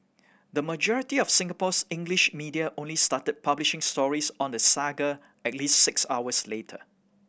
the majority of Singapore's English media only started publishing stories on the saga at least six hours later